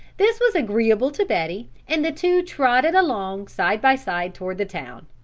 this was agreeable to betty and the two trotted along side by side toward the town.